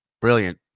Brilliant